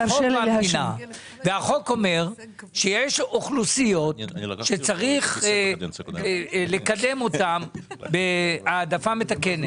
יש חוק במדינה והחוק אומר שיש אוכלוסיות שצריך לקדם אותן בהעדפה מתקנת.